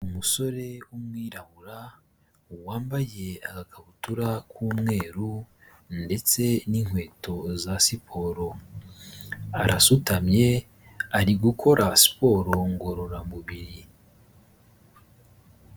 Umusore w'umwirabura wambaye agakabutura k'umweru ndetse n'inkweto za siporo, arasutamye ari gukora siporo ngororamubiri.